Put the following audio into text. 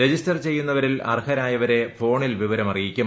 register ചെയ്യുന്നവരിൽ അർഹരായവരെ ഫോണിൽ വിവരം അറിയിക്കും